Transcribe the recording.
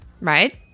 right